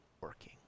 working